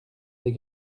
les